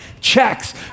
checks